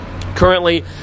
currently